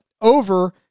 over